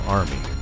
army